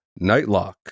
Nightlock